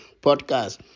podcast